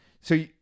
so-